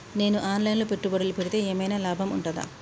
నేను online లో పెట్టుబడులు పెడితే ఏమైనా లాభం ఉంటదా?